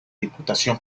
diputación